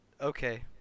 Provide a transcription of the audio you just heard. Okay